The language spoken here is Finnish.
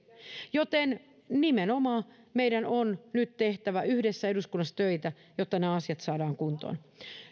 joten nimenomaan meidän on nyt tehtävä yhdessä eduskunnassa töitä jotta nämä asiat saadaan kuntoon